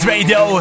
Radio